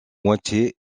moitié